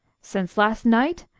since last night?